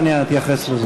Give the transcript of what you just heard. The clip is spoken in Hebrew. אני אבקש טיפת תשומת לב